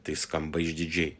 tai skamba išdidžiai